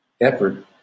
effort